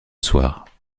soir